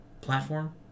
platform